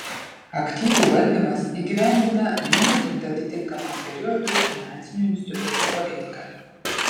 aktyvų valdymas įgyvendina numatytą atitinkamam periodui finansinių institutų politiką